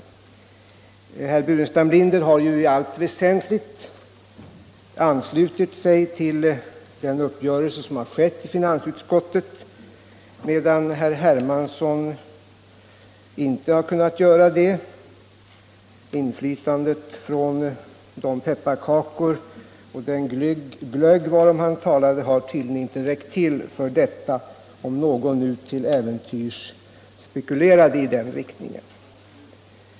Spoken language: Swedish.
Herr Burenstam Linder har i allt väsentligt anslutit sig till den uppgörelse som har träffats i finansutskottet, medan herr Hermansson inte har kunnat göra det. Inflytandet från de pepparkakor och den glögg varom han talade har tydligen inte räckt till för detta, om någon nu till äventyrs spekulerade i den riktningen.